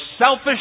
selfish